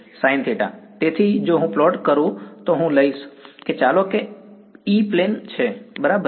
sin θ તેથી જો હું પ્લોટ કરું તો હું લઈશ તો ચાલો કહીએ કે E પ્લેન બરાબર છે